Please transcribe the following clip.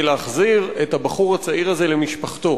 להחזיר את הבחור הצעיר הזה למשפחתו.